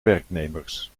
werknemers